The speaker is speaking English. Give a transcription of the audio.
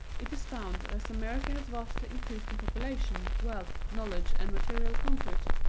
it is found that as america has vastly increased in population, wealth, knowledge and material comfort,